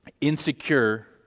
insecure